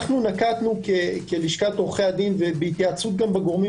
אנחנו נקטנו כלשכת עורכי הדין ובהתייעצות בגורמים